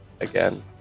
again